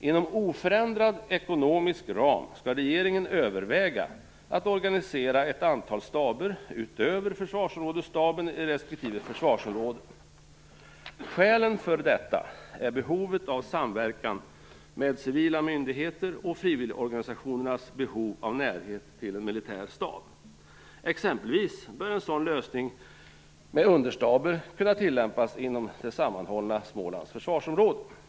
Inom oförändrad ekonomisk ram skall regeringen överväga att organisera ett antal staber, utöver försvarsområdesstaben, i respektive försvarsområde. Skälen för detta är behovet av samverkan med civila myndigheter och frivilligorganisationernas behov av närhet till en militär stab. Exempelvis bör en sådan lösning med understaber kunna tillämpas inom det sammanhållna "Smålands försvarsområde". Herr talman!